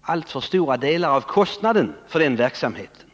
alltför stora delar av kostnaderna för den verksamheten.